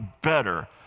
better